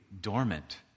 dormant